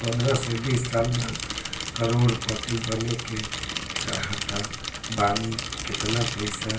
पंद्रह से बीस साल बाद करोड़ पति बने के चाहता बानी केतना पइसा